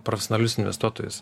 profesionalius investuotojus